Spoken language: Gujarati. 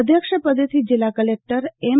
અધ્યક્ષ પદેથી જીલ્લા કલેકટર એમ